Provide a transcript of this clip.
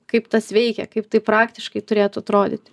kaip tas veikia kaip tai praktiškai turėtų atrodyt